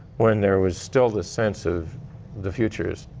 when there was still the sense of the futures,